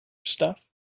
stuff